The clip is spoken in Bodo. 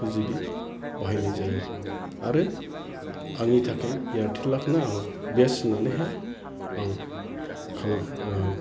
टु जिबि बाहायनाय जायो आरो आंनि थाखाय एरटेलाखोनो आं बेस्ट होननानैहाय आं